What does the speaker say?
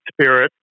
spirit